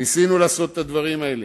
ניסינו לעשות את הדברים האלה.